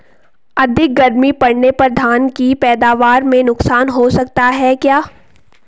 अधिक गर्मी पड़ने पर धान की पैदावार में नुकसान हो सकता है क्या?